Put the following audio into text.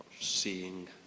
seeing